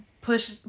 push